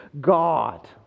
God